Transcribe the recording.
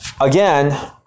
again